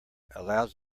allows